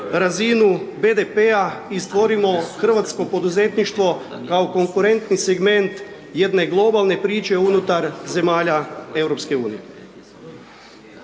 razinu BDP-a i stvorimo hrvatsko poduzetništvo kao konkurentni segment jedne globalne priče unutar zemalja EU.